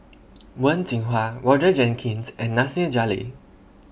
Wen Jinhua Roger Jenkins and Nasir Jalil